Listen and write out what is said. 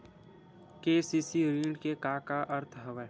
KCC ऋण के का अर्थ हवय?